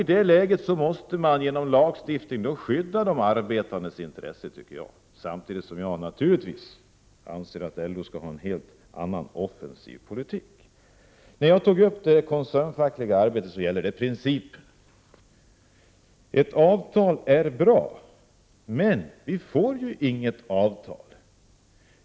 I det läget måste man genom lagstiftning skydda de arbetandes intressen, tycker jag, samtidigt som jag naturligtvis anser att LO borde föra en helt annan, offensiv politik. När jag tog upp det koncernfackliga arbetet gällde det principen. Ett avtal är bra, men vi får ju inget avtal!